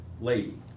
lady